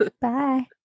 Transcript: Bye